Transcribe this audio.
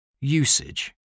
usage